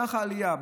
כך העלייה.